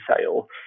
sale